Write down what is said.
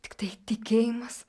tiktai tikėjimas